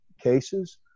cases